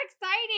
exciting